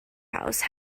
house